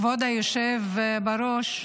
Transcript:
כבוד היושב בראש,